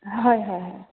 হয় হয় হয়